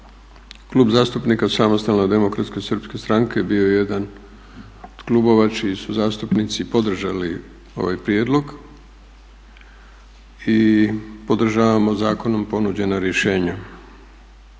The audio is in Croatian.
Klub zastupnika SDSS-a bio je jedan od klubova čiji su zastupnici podržali ovaj prijedlog i podržavamo zakonom ponuđeno rješenje.